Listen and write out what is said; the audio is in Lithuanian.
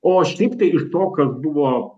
o šiaip tai iš to kas buvo